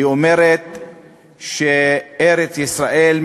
אומרת שארץ-ישראל,